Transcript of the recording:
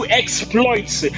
exploits